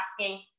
asking